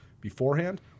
beforehand